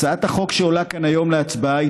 הצעת החוק שעולה כאן היום להצבעה היא